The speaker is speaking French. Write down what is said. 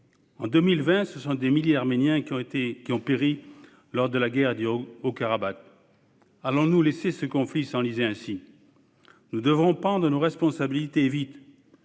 En 2020, des milliers d'Arméniens ont péri lors de la guerre du Haut-Karabagh. Allons-nous laisser ce conflit s'enliser ainsi ? Nous devons prendre nos responsabilités, et vite !